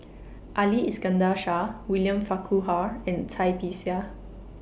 Ali Iskandar Shah William Farquhar and Cai Bixia